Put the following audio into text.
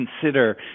consider